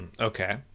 okay